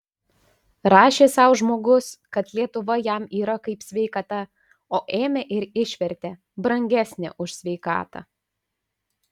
rašė sau žmogus kad lietuva jam yra kaip sveikata o ėmė ir išvertė brangesnė už sveikatą